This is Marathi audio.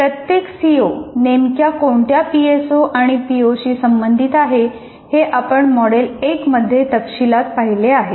प्रत्येक सिओ नेमक्या कोणत्या पीएसओ तसेच पिओ शी संबंधित आहे हे आपण मॉडेल एक मध्ये तपशिलात पाहिले आहे